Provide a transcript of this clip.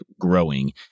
growing